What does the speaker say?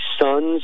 sons